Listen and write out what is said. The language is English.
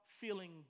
feeling